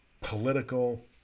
political